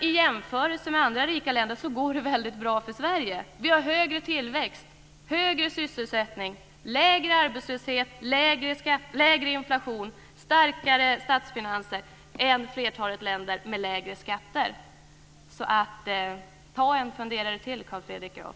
I jämförelse med andra rika länder går det väldigt bra för Sverige. Vi har högre tillväxt, högre sysselsättning, lägre arbetslöshet, lägre inflation och starkare statsfinanser än flertalet länder med lägre skatter. Ta en funderare till, Carl Fredrik Graf!